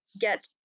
get